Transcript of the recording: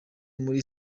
muri